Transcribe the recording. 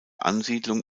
ansiedlung